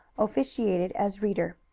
officiated as reader.